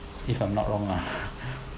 if I'm not wrong lah